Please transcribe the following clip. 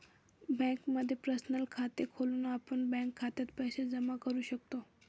बँकेमध्ये पर्सनल खात खोलून आपण बँक खात्यात पैसे जमा करू शकतो